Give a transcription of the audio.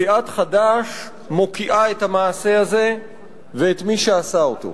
סיעת חד"ש מוקיעה את המעשה הזה ואת מי שעשה אותו.